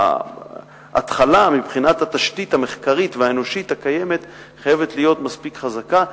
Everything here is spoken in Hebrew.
ההתחלה מבחינת התשתית המחקרית והאנושית הקיימת חייבת להיות מספיק חזקה,